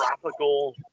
tropical